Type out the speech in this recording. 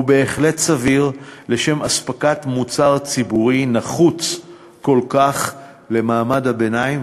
הוא בהחלט סביר לשם אספקת מוצר ציבורי נחוץ כל כך למעמד הביניים,